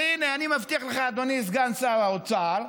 והינה, אני מבטיח לך, אדוני סגן שר האוצר,